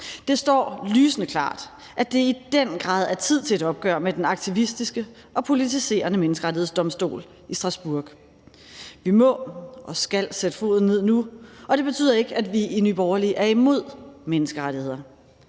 Det står lysende klart, at det i den grad er tid til et opgør med den aktivistiske og politiserende menneskerettighedsdomstol i Strasbourg. Vi må og skal sætte foden ned nu. Det betyder ikke, at vi i Nye Borgerlige er imod menneskerettighederne.